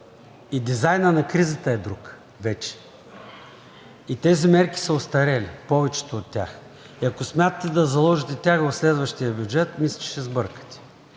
и дизайнът на кризата е друг вече и тези мерки са остарели, повечето от тях – ако смятате да заложите тях в следващия бюджет, мисля, че ще сбъркате.